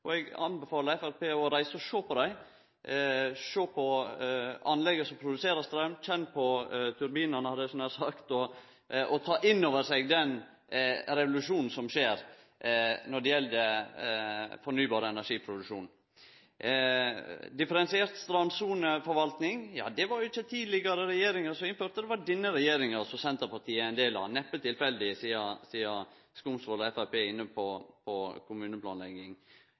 landet. Eg anbefaler Framstegspartiet å reise og å sjå på dei, sjå på anlegga som produserer straum, kjenne på turbinane – hadde eg nær sagt – og ta inn over seg den revolusjonen som skjer når det gjeld fornybar energiproduksjon. Til differensiert strandsoneforvalting: Det var ikkje tidlegare regjeringar som innførte det – det var denne regjeringa, som Senterpartiet er ein del av. Det er neppe tilfeldig, sidan representanten Skumsvoll og Framstegspartiet er inne på kommuneplanlegging.